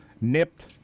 nipped